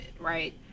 right